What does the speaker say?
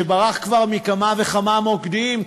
שברח כבר מכמה וכמה מוקדים,